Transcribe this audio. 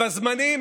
בחייאת דינכ,